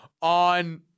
on